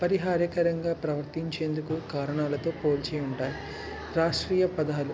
అపరిహారకరంగా ప్రవర్తించేందుకు కారణాలతో పోల్చి ఉంటాయి రాష్ట్రీయ పదాలు